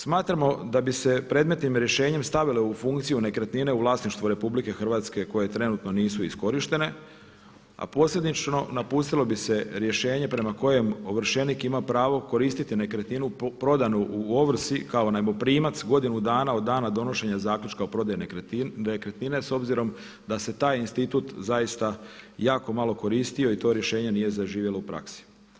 Smatramo da bi se predmetnim rješenjem stavile u funkciju nekretnine u vlasništvu RH koje trenutno nisu iskorištene a posljedično napustilo bi se rješenje prema kojem ovršenik ima pravo koristiti nekretninu prodanu u ovrsi kao najmoprimac godinu dana od dana donošenja zaključka o prodaji nekretnina s obzirom da se taj institut zaista jako malo koristio i to rješenje nije zaživjelo u praksi.